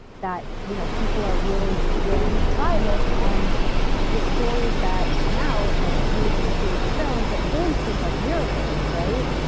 that you know people people are really willing to try this, and the stories that come out, like a few of them you see in the film that really seem like miracles, right?